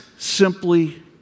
Simply